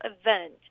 event